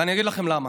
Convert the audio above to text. ואני אגיד לכם למה,